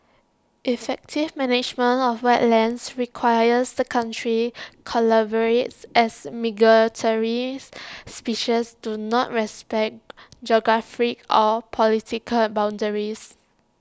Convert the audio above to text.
effective management of wetlands requires the countries collaborate as migratory species do not respect geographic or political boundaries